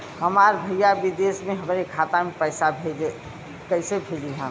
हमार भईया विदेश से हमारे खाता में पैसा कैसे भेजिह्न्न?